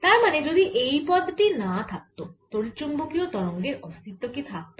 তার মানে যদি এই পদ টি না থাকত তড়িৎচুম্বকীয় তরঙ্গের অস্তিত্ব কি থাকত